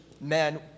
men